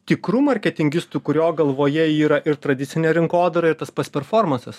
tikru marketingistu kurio galvoje yra ir tradicinė rinkodara ir tas pats performansas